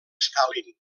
stalin